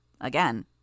Again